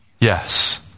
Yes